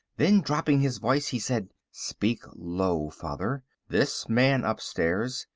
then, dropping his voice, he said, speak low, father. this man upstairs,